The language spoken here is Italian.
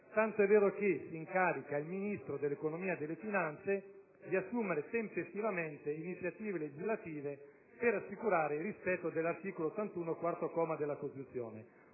tant'è vero che si incarica il Ministro dell'economia e delle finanze di assumere tempestivamente iniziative legislative per assicurare il rispetto dell'articolo 81, quarto comma, della Costituzione.